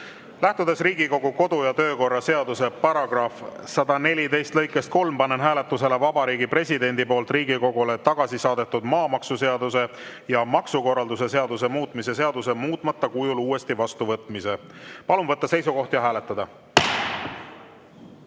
Lähtudes Riigikogu kodu- ja töökorra seaduse § 114 lõikest 3 panen hääletusele Vabariigi Presidendi poolt Riigikogule tagasi saadetud maamaksuseaduse ja maksukorralduse seaduse muutmise seaduse muutmata kujul uuesti vastuvõtmise. Palun võtta seisukoht ja hääletada!